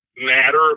matter